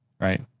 right